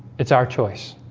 it's our choice